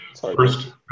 first